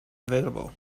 available